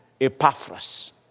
Epaphras